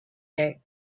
deck